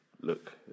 look